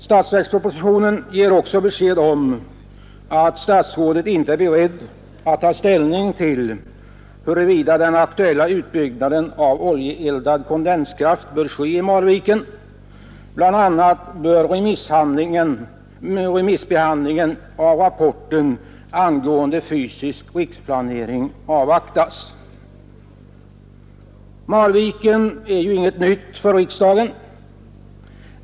Statsverkspropositionen ger också besked om att statsrådet inte är beredd att ta ställning till huruvida den aktuella utbyggnaden av oljeeldad kondenskraft bör ske i Marviken; bl a. bör remissbehandlingen av rapporten angående fysisk riksplanering avvaktas. Marviken är ingen ny fråga för riksdagen.